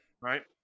right